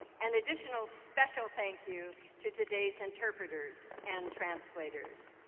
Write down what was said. an additional special thank you to today's interpreters and translators.